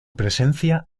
presencia